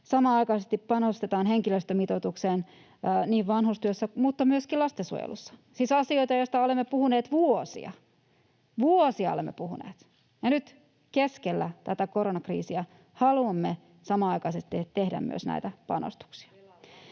Samanaikaisesti panostetaan henkilöstömitoitukseen niin vanhustyössä kuin myöskin lastensuojelussa — siis asioita, joista olemme puhuneet vuosia. Vuosia olemme puhuneet, ja nyt keskellä tätä koronakriisiä haluamme samanaikaisesti tehdä myös näitä panostuksia.